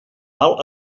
mal